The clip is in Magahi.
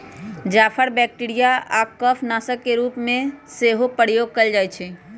जाफर बैक्टीरिया आऽ कफ नाशक के रूप में सेहो प्रयोग कएल जाइ छइ